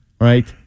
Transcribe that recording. right